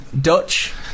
Dutch